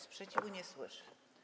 Sprzeciwu nie słyszę.